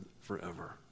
forever